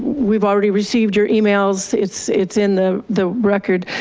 we've already received your emails, it's it's in the the record.